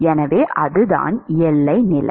எனவே அதுதான் எல்லை நிலை